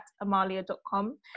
amalia.com